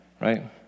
Right